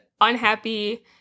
unhappy